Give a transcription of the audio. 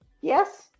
yes